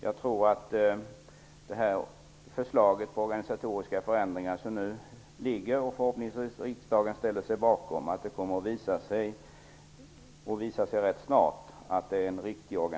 Jag tror att det snart kommer att visa sig att de organisatoriska förändringar som nu föreslås, och som riksdagen förhoppningsvis ställer sig bakom, är riktiga.